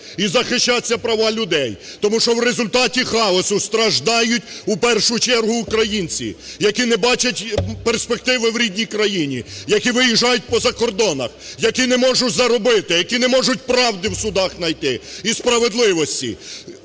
і захищатися права людей. Тому в результаті хаосу страждають у першу чергу українці, які не бачать перспективи в рідній країні, які виїжджають по закордонах, які не можуть заробити, які не можуть правди в судах найти і справедливості.